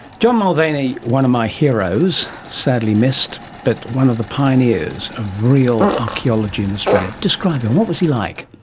john mulvaney, one of my heroes, sadly missed, but one of the pioneers of real archaeology in australia. describe him, what was he like?